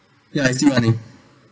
ya it's still running